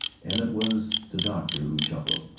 and it was the doctor who chuckled,